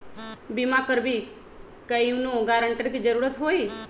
बिमा करबी कैउनो गारंटर की जरूरत होई?